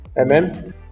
Amen